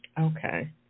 Okay